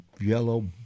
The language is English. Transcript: yellow